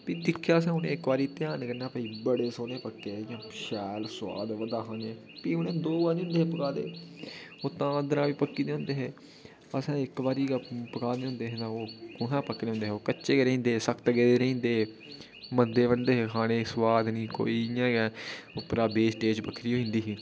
फ्ही दिक्खेआ असें उ'नें ई इक बारी शैल ध्यान कन्नै भाई बड़े सौने पक्के दे इ'यां शैल सुआद ओह्दा हा फ्ही उ'नें दो बारी होंदे हे पकाए दे ओह् तां अंदरा दा बी पक्की दे होंदे हे असें इक बारी गै पकाए दे होंदे हे तां ओह् कु्थैं पकने हे ओह् कच्चे गै रेही जंदे हे सख्त गै रेही जंदे हे मते बंदे हे खाने गी सुआद नेईं कोई इ'यां गै उप्परा बेस्टेज बक्खरी होई जंदी ही